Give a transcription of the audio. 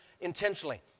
intentionally